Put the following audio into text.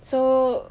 so